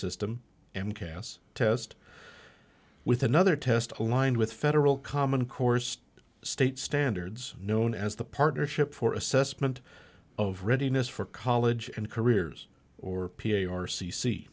system and cas test with another test aligned with federal common course state standards known as the partnership for assessment of readiness for college and careers or p a r c c